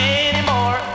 anymore